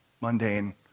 mundane